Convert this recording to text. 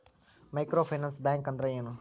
Micro finance bank ಅಂದ್ರ ಏನು?